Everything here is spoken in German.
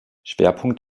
schwerpunkt